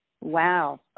Wow